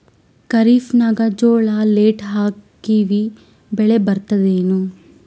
ಖರೀಫ್ ನಾಗ ಜೋಳ ಲೇಟ್ ಹಾಕಿವ ಬೆಳೆ ಬರತದ ಏನು?